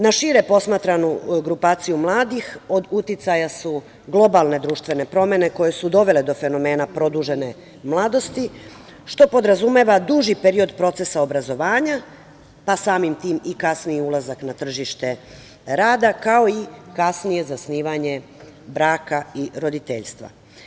Na šire posmatranu grupaciju mladih od uticaja su globalne društvene promene koje su dovele do fenomena produžene mladosti, što podrazumeva duži period procesa obrazovanja, pa samim tim i kasniji ulazak na tržište rada, kao i kasnije zasnivanje braka i roditeljstva.